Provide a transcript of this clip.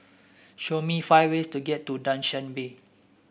show me five ways to get to Dushanbe